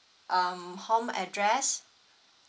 um home address